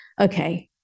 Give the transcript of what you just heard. okay